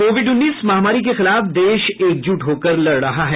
Covid उन्नीस महामारी के खिलाफ देश एकजुट होकर लड़ रहा है